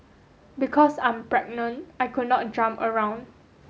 because I'm pregnant I could not jump around